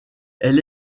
elle